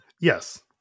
yes